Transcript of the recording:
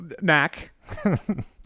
Mac